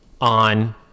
on